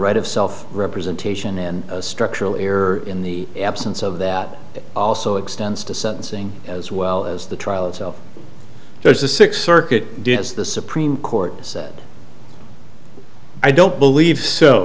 right of self representation in structural error in the absence of that also extends to sentencing as well as the trial itself there's a six circuit does the supreme court said i don't believe so